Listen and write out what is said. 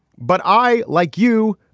but i, like you,